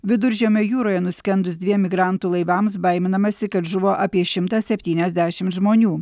viduržemio jūroje nuskendus dviem migrantų laivams baiminamasi kad žuvo apie šimtą septyniasdešimt žmonių